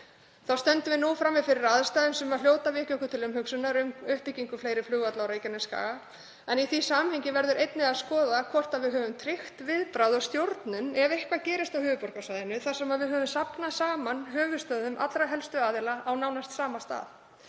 Þá stöndum við frammi fyrir aðstæðum sem hljóta að vekja okkur til umhugsunar um uppbyggingu fleiri flugvalla en á Reykjanesskaga. Í því samhengi verður einnig að skoða hvort við höfum tryggt viðbragð og stjórnun ef eitthvað gerist á höfuðborgarsvæðinu þar sem við höfum safnað saman höfuðstöðvum allra helstu aðila á nánast sama stað.